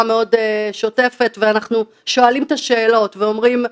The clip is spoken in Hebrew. שוטפת ואנחנו שואלים את השאלות ואומרים,